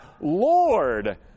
Lord